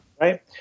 Right